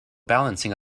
balancing